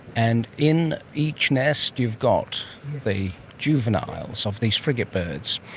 and in each nest you've got the juveniles of these frigate birds.